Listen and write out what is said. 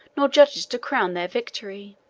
nor judges to crown their victory.